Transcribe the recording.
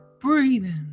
Breathing